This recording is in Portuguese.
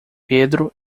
pedro